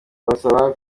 abasaba